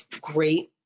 great